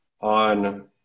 on